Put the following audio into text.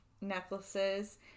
necklaces